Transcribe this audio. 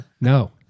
no